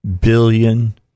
billion